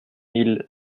mille